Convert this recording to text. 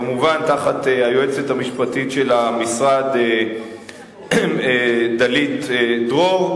כמובן תחת היועצת המשפטית של המשרד דלית דרור,